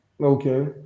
Okay